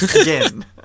Again